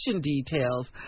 details